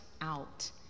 out